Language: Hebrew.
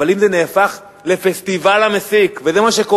אבל אם זה נהפך לפסטיבל המסיק, וזה מה שקורה,